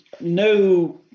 No